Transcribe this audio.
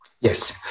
yes